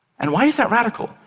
and why is that radical?